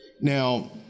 Now